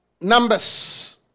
Numbers